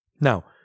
now